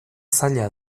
zaila